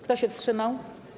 Kto się wstrzymał?